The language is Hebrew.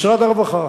משרד הרווחה,